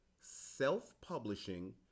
Self-Publishing